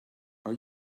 are